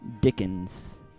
Dickens